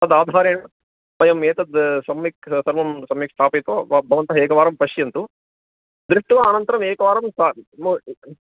तद् आधारेण वयम् एतद् सम्यक् सर्वं सम्यक् स्थापयित्वा भवन्तः एकवारं पश्यन्तु दृष्ट्वा अनन्तरम् एकवारं स्